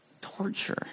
torture